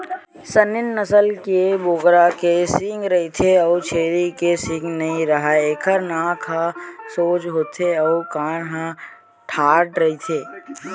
Saanen नसल के बोकरा के सींग रहिथे अउ छेरी के सींग नइ राहय, एखर नाक ह सोज होथे अउ कान ह ठाड़ रहिथे